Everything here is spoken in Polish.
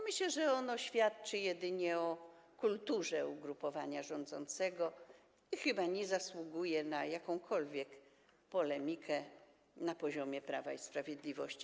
Myślę, że ono świadczy jedynie o kulturze ugrupowania rządzącego i chyba nie zasługuje na jakąkolwiek polemikę na poziomie Prawa i Sprawiedliwości.